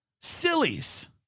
sillies